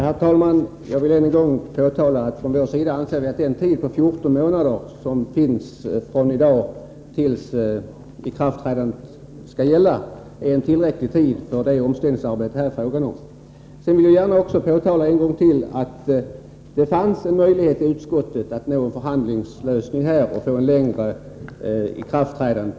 Herr talman! Jag vill än en gång framhålla att vi anser att tiden 14 månader från i dag till ikraftträdandet är tillräcklig för det omställningsarbete det här är fråga om. Sedan vill jag gärna än en gång understryka att det fanns möjlighet i utskottet att nå en förhandlingslösning och flytta fram ikraftträdandet.